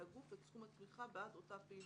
הגוף את סכום התמיכה בעד אותה פעילות,